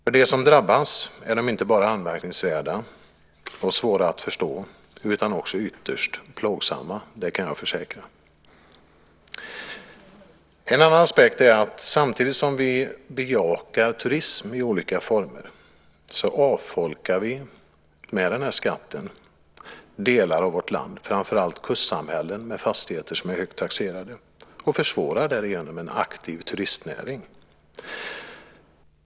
För dem som drabbas är de inte bara anmärkningsvärda och svåra att förstå utan också ytterst plågsamma. Det kan jag försäkra. En annan aspekt är att samtidigt som vi bejakar turism i olika former avfolkar vi med denna skatt delar av vårt land, framför allt kustsamhällen med fastigheter som är högt taxerade, och försvårar därigenom en aktiv turistnäring.